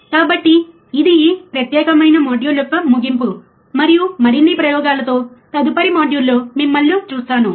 కాబట్టి ఇది ఈ ప్రత్యేకమైన మాడ్యూల్ యొక్క ముగింపు మరియు మరిన్ని ప్రయోగాలతో తదుపరి మాడ్యూల్లో మిమ్మల్ని చూస్తాను